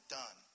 done